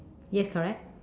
yes correct